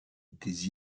des